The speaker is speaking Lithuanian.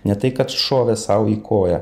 ne tai kad šovė sau į koją